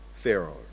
Pharaoh